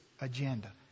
agenda